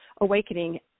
awakening